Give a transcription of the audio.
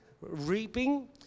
reaping